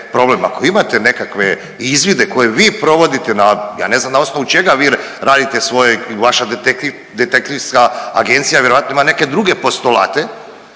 ako imate nekakve izvide koje vi provodite na, ja ne znam na osnovu čega vi radite svoje, vaše detektivska agencija vjerojatno ima neke druge postolate